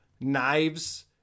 knives